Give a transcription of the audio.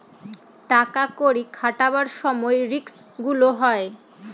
টাকা কড়ি খাটাবার সময় রিস্ক গুলো হয়